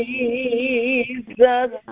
Jesus